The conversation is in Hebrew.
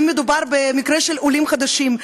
אם מדובר במקרה של עולים חדשים,